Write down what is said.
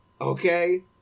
Okay